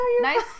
nice